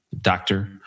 doctor